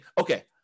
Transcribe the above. okay